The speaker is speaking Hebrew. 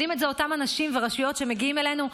יודעים את זה אותם אנשים ורשויות שמגיעים אלינו,